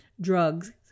drugs